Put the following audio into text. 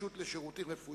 בנגישות לשירותים רפואיים.